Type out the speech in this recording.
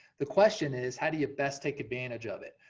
the question is, how do you best take advantage of it?